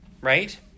right